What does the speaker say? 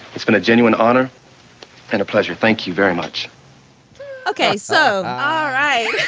it's been a genuine honor and a pleasure. thank you very much ok. so. ah all right.